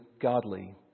godly